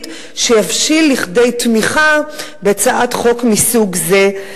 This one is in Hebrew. שהבשיל לכדי תמיכה בהצעת חוק מסוג זה.